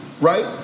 right